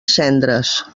cendres